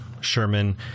sherman